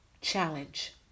challenge